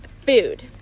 food